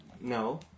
No